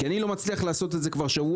כי אני לא מצליח לעשות את זה כבר שבוע,